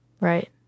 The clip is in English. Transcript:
Right